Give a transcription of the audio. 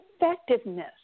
effectiveness